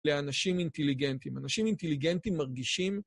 לאנשים אינטליגנטים. אנשים אינטליגנטים מרגישים...